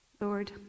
Lord